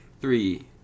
Three